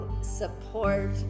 support